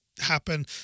happen